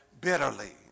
bitterly